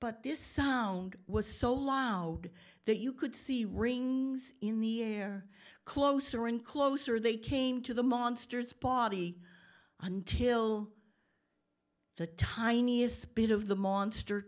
but this sound was so loud that you could see rings in the air closer and closer they came to the monsters body until the tiniest bit of the monster